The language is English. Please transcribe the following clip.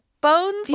bones